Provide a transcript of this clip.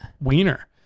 wiener